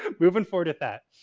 moving forward at that.